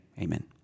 amen